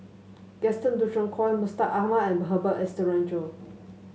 Gaston Dutronquoy Mustaq Ahmad and Herbert Eleuterio